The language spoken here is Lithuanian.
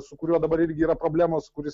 su kuriuo dabar irgi yra problemos kuris